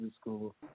school